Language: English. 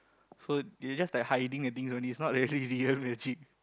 so they just like hiding the things only it's not really real magic